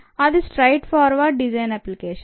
అది straightforward design application